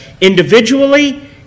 individually